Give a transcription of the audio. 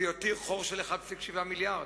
גם זה ייגמר ב-31 בדצמבר 2010 ויותיר חור של 1.7 מיליארד.